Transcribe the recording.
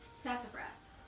Sassafras